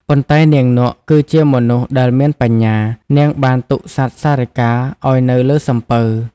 ប៉ុន្តែ នាងនក់គឺជាមនុស្សដែលមានបញ្ញា នាងបានទុកសត្វសារិកាឲ្យនៅលើសំពៅ។